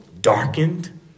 darkened